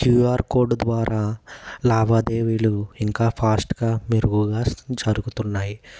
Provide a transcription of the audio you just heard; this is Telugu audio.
క్యూ ఆర్ కోడ్ ద్వారా లావాదేవీలు ఇంకా ఫాస్ట్గా మెరుగుగా జరుగుతున్నాయి